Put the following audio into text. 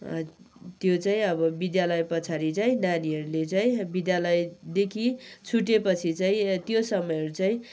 त्यो चाहिँ अब विद्यालयपछाडि चाहिँ नानीहरूले चाहिँ विद्यालयदेखि छुटेपछि चाहिँ त्यो समय चाहिँ